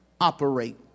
operate